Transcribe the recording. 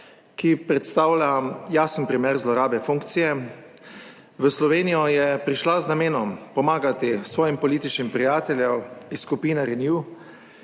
ki predstavlja jasen primer zlorabe funkcije. V Slovenijo je prišla z namenom pomagati svojim političnim prijateljem iz skupine Renew